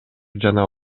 жана